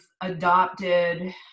adopted